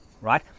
right